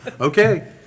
Okay